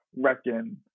reckon